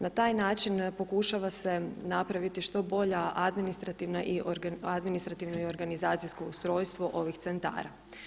Na taj način pokušava se napraviti što bolja administrativno i organizacijsko ustrojstvo ovih centara.